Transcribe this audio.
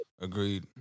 Agreed